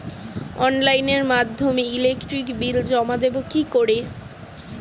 অনলাইনের মাধ্যমে electric bill জমা দেবো কি করে?